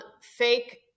Fake